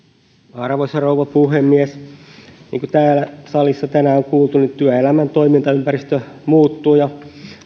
arvoisa rouva puhemies niin kuin täällä salissa tänään on kuultu työelämän toimintaympäristö muuttuu ja